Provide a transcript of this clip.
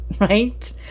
right